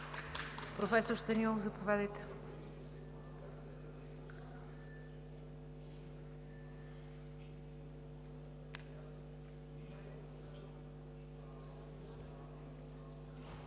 Професор Станилов, заповядайте.